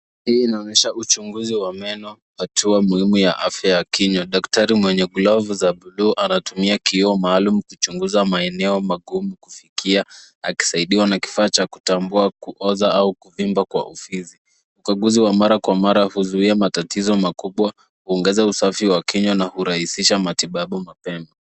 Hii inaonyesha uchunguzi wa mbele, hatua muhimu ya afya ya kinywa, daktari, mwenye glavu za bluu anatumia kioo maalum kuchunguza maeneo magumu kufikia akisaidiwa na kifaa kingine cha kutambua kuoza, au kuvimba kwa ufizi. Ukaguzi wa mara kwa mara uzuia ya matatizo makubwa, uongeza usafi ya wa kinywa, na hurahisha matibabu mapema.